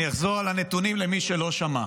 אני אחזור על הנתונים, למי שלא שמע.